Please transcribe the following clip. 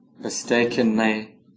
mistakenly